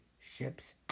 ship's